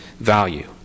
value